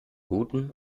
guten